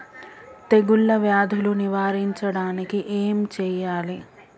తెగుళ్ళ వ్యాధులు నివారించడానికి ఏం చేయాలి?